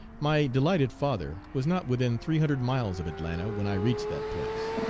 my delighted father was not within three hundred miles of atlanta when i reached that place.